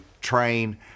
train